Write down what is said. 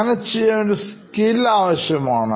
അങ്ങനെ ചെയ്യാൻ ഒരു skill ആവശ്യമാണ്